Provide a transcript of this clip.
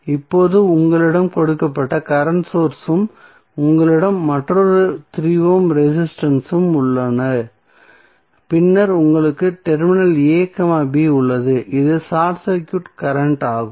இப்போது உங்களிடம் கொடுக்கப்பட்ட கரண்ட் சோர்ஸ் உம் உங்களிடம் மற்றொரு 3 ஓம் ரெசிஸ்டன்ஸ் உம் உள்ளது பின்னர் உங்களுக்கு டெர்மினல் a b உள்ளது இது ஷார்ட் சர்க்யூட் கரண்ட் ஆகும்